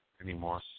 anymore